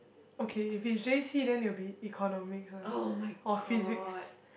okay if it's J_C then it will be Economics lah or Physics